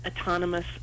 Autonomous